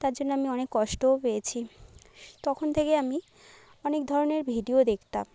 তার জন্য আমি অনেক কষ্টও পেয়েছি তখন থেকেই আমি অনেক ধরনের ভিডিও দেখতাম